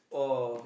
oh